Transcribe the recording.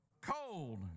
cold